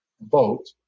vote